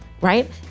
right